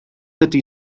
ydy